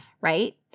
Right